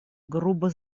грубо